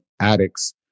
addicts